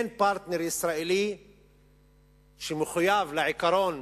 אין פרטנר ישראלי שמחויב לעיקרון